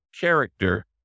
character